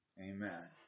Amen